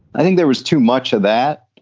i think there was too much of that.